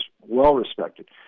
well-respected